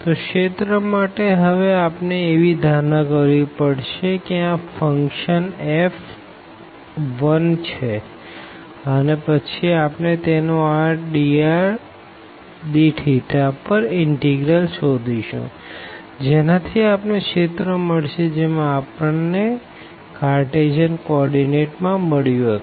તો રિજિયન માટે હવે આપણે એવી ધારણા કરવી પડશે ક આ ફંક્શન f 1 છે અને પછી આપણે તેનું rdrdθ પર ઇનટીગ્રલ શોધીશું જેના થી આપણે રિજિયન મળશે જેમ આપણને કાઅર્તેસિયન કો ઓર્ડીનેટ માં મળ્યું હતું